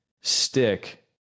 stick